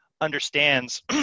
understands